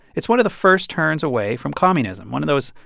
it's one of the first turns away from communism one of those,